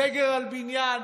סגר על בניין,